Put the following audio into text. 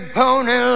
pony